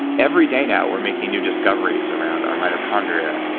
every day now we're making new discoveries around our mitochondria,